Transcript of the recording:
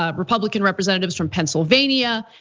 ah republican representatives from pennsylvania,